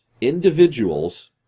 Individuals